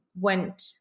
went